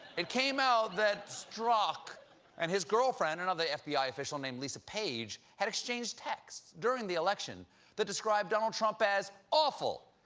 it came out that strzok and his girlfriend, another f b i. official named lisa page, had exchanged texts during the election that described donald trump as awful,